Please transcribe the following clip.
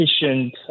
efficient